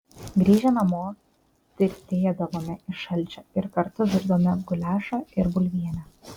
grįžę namo tirtėdavome iš šalčio ir kartu virdavome guliašą ir bulvienę